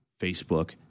Facebook